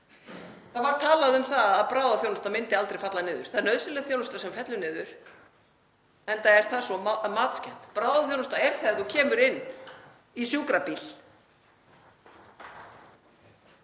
Það var talað um að bráðaþjónustan myndi aldrei falla niður, það er nauðsynleg þjónusta sem fellur niður, enda er það svo matskennt. Bráðaþjónusta er þegar þú kemur inn í sjúkrabíl.